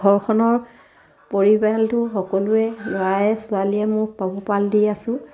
ঘৰখনৰ পৰিয়ালটো সকলোৱে ল'ৰাই ছোৱালীয়ে মোৰ পোহপাল দি আছো